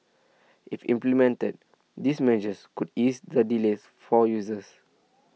if implemented these measures could ease the delays for users